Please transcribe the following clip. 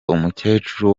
umukecuru